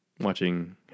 watching